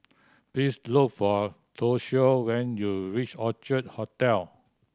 please look for Toshio when you reach Orchard Hotel